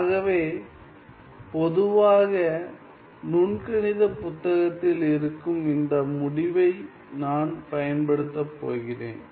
ஆகவே பொதுவாக நுண்கணிதப் புத்தகத்தில் இருக்கும் இந்த முடிவை நான் பயன்படுத்தப் போகிறேன்